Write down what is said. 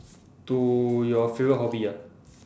to your favourite hobby ah